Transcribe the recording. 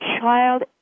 child